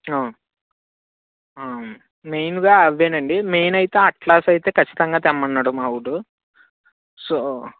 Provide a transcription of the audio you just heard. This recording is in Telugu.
మెయిన్గా అవి అండి మెయిన్ అయితే అట్లాస్ అయితే ఖచ్చితంగా తెమ్మన్నాడు మా వాడు సో